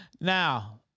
Now